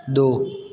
दो